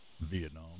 Vietnam